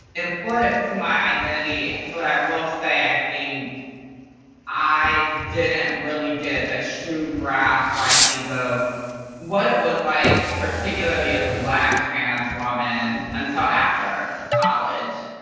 important to my identity, but i will say i think i didn't really get a true grasp, i think, of what it was like particularly as a and black trans woman, until after college,